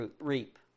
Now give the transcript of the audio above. reap